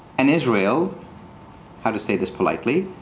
and israel how to say this politely